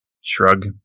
shrug